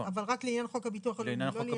אבל רק לעניין חוק הביטוח הלאומי,